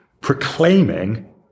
proclaiming